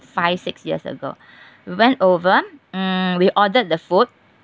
five six years ago we went over mm we ordered the food